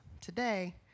today